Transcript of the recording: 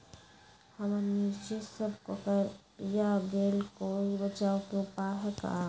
हमर मिर्ची सब कोकररिया गेल कोई बचाव के उपाय है का?